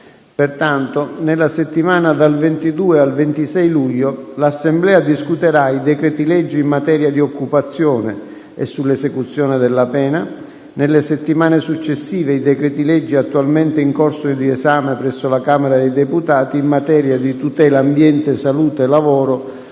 Pertanto, nella settimana dal 22 al 26 luglio, l'Assemblea discuterà i decreti-legge in materia di occupazione e sull'esecuzione della pena; nelle settimane successive i decreti-legge, attualmente in corso di esame presso la Camera dei deputati, in materia di tutela ambiente, salute e lavoro